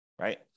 right